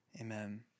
Amen